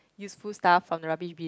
useful stuff from the rubbish bin